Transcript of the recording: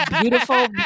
beautiful